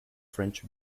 french